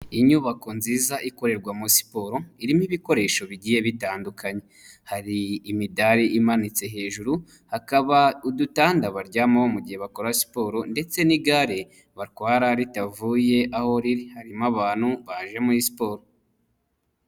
Inyubako nziza ikorerwamo siporo, irimo ibikoresho bigiye bitandukanye. Hari imidari imanitse hejuru, hakaba udutanda baryamamo mu gihe bakora siporo ndetse n'igare batwara ritavuye aho riri. Harimo abantu baje muri siporo.